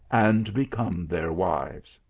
and become their wives.